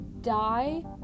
die